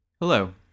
Hello